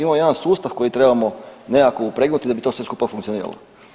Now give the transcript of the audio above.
Imamo jedan sustav koji trebamo nekako upregnuti da bi to sve skupa funkcioniralo.